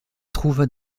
trouve